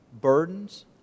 burdens